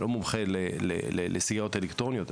אני לא מומחה לסיגריות אלקטרוניות,